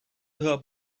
her